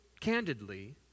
candidly